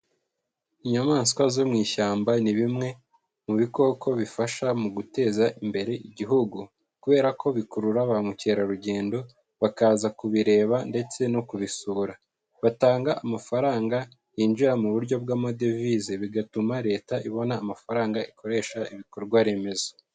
Inyamaswa zo mu ishyamba ni bimwe mu bikoko bifasha mu guteza imbere igihugu kubera ko bikurura ba mukerarugendo, bakaza kubireba ndetse no kubisura, batanga amafaranga yinjira mu buryo bw'amadevize bigatuma leta ibona amafaranga ikoresha ibikorwaremezo.